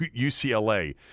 UCLA